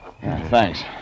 Thanks